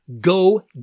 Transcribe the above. go